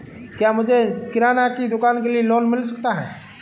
क्या मुझे किराना की दुकान के लिए लोंन मिल सकता है?